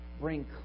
bring